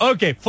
Okay